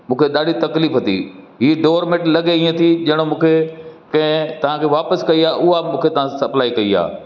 मूंखे ॾाढी तकलीफ़ थी ई डोरमैट लॻे ईअं थी जहिड़ो मूंखे कंहिं तव्हांखे वापसि कई आहे उहा मूंखे तव्हां सप्लाई कई आहे